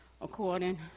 according